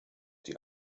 die